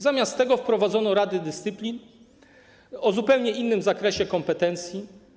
Zamiast tego wprowadzono rady dyscyplin o zupełnie innym zakresie kompetencji.